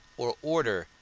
or order,